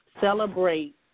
Celebrate